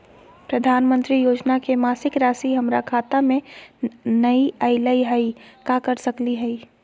प्रधानमंत्री योजना के मासिक रासि हमरा खाता में नई आइलई हई, का कर सकली हई?